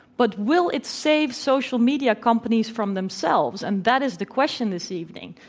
but will it save social media companies from themselves? and that is the question this evening.